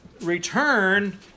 return